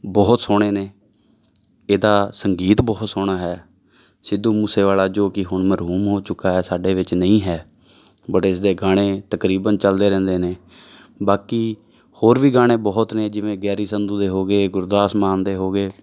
ਬਹੁਤ ਸੋਹਣੇ ਨੇ ਇਹਦਾ ਸੰਗੀਤ ਬਹੁਤ ਸੋਹਣਾ ਹੈ ਸਿੱਧੂ ਮੂਸੇਵਾਲਾ ਜੋ ਕਿ ਹੁਣ ਮਰਹੂਮ ਹੋ ਚੁੱਕਾ ਹੈ ਸਾਡੇ ਵਿੱਚ ਨਹੀਂ ਹੈ ਬਟ ਇਸ ਦੇ ਗਾਣੇ ਤਕਰੀਬਨ ਚਲਦੇ ਰਹਿੰਦੇ ਨੇ ਬਾਕੀ ਹੋਰ ਵੀ ਗਾਣੇ ਬਹੁਤ ਨੇ ਜਿਵੇਂ ਗੈਰੀ ਸੰਧੂ ਦੇ ਹੋ ਗਏ ਗੁਰਦਾਸ ਮਾਨ ਦੇ ਹੋ ਗਏ